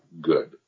good